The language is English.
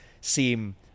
seem